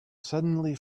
suddenly